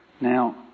Now